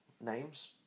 names